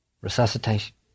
Resuscitation